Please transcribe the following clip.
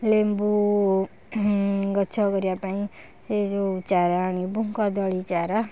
ଲେମ୍ବୁ ଗଛ କରିବା ପାଇଁ ସେ ଯେଉଁ ଚାରା ଆଣିବୁ କଦଳୀ ଚାରା